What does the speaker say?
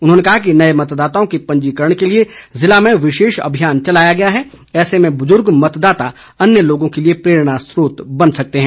उन्होंने कहा कि नए मतदाताओं के पंजीकरण के लिए जिले में विशेष अभियान चलाया गया है ऐसे में बुजुर्ग मतदाता अन्य लोगों के लिए प्रेरणास्रोत बन सकते हैं